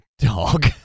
Dog